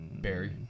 Barry